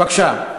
בבקשה.